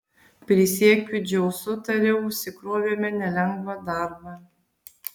prisiekiu dzeusu tariau užsikrovėme nelengvą darbą